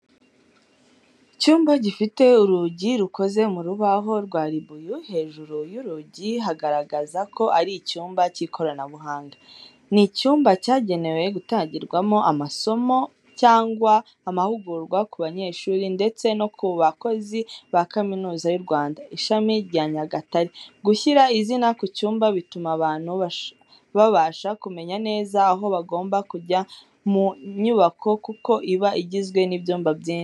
Icyumba gifite urugi rukoze mu rubaho rwa ribuyu, hejuru y'urugi hagaragaza ko ari icyumba cy'ikoranabuhanga. Ni icyumba cyagenewe gutangirwamo amasomo cyangwa amahugurwa ku banyeshuri ndetse no ku bakozi ba kaminuza y'u Rwanda, ishami rya Nyagatare. Gushyira izina ku cyumba bituma abantu babasha kumenya neza aho bagomba kujya mu nyubako kuko iba igizwe n’ibyumba byinshi.